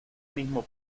mismo